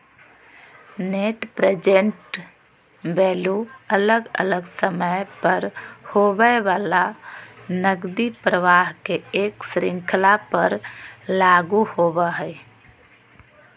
net present value अलग अलग समय पर होवय वला नकदी प्रवाह के एक श्रृंखला पर लागू होवय हई